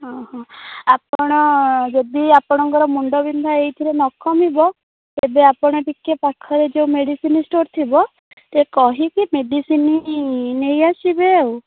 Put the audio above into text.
ଆପଣ ଯଦି ଆପଣଙ୍କର ମୁଣ୍ଡ ବିନ୍ଧା ଏଇଥିରେ ନ କମିବ ତେବେ ଆପଣ ଟିକେ ପାଖରେ ଯୋଉ ମେଡ଼ିସିନ୍ ଷ୍ଟୋର୍ ଥିବ ଟିକେ କହିକି ମେଡ଼ିସିନ୍ ନେଇ ଆସିବେ ଆଉ